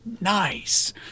nice